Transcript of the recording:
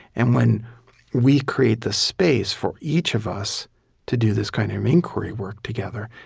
and when we create the space for each of us to do this kind of inquiry work together,